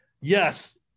Yes